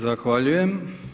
Zahvaljujem.